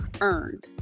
earned